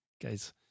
guys